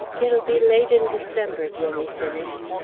it'll be late in december, jenny finished.